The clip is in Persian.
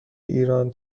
ایران